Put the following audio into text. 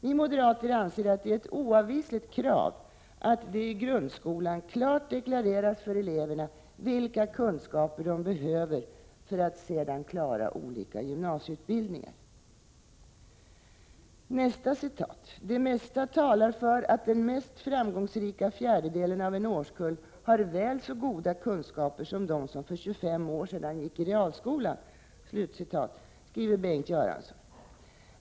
Vi moderater anser att det är ett oavvisligt krav att det i grundskolan klart deklareras för eleverna vilka kunskaper de behöver för att senare klara olika gymnasieutbildningar, ”Det mesta talar för att den mest framgångsrika fjärdedelen av en årskull i dag har väl så goda kunskaper som de som för 25 år sedan gick i realskolan”, skriver Bengt Göransson.